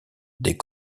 des